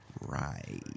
Right